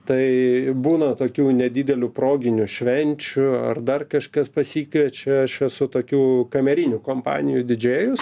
tai būna tokių nedidelių proginių švenčių ar dar kažkas pasikviečia aš esu tokių kamerinių kompanijų didžėjus